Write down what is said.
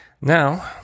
Now